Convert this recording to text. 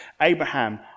Abraham